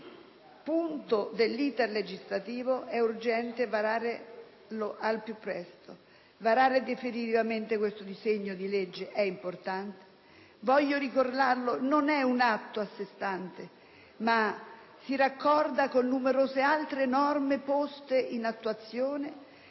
punto dell'*iter* legislativo è urgente varare al più presto e definitivamente questo disegno di legge. Voglio ricordare che non è un atto a sé stante, ma si raccorda a numerose altre norme, poste in attuazione,